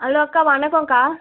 hello அக்கா வணக்கங்க்கா